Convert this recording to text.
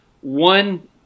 one